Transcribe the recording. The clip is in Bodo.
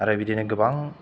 आरो बिदिनो गोबां